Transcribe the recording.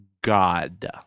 God